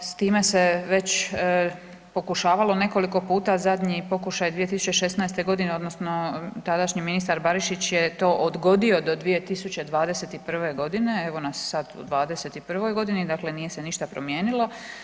S time se već pokušavalo nekoliko puta, zadnji pokušaj je 2016. godine, odnosno tadašnji ministar Barišić je to odgodio do 2021. godine, evo nas sad u 21. godini, dakle nije se ništa promijenilo.